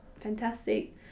fantastic